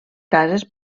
cases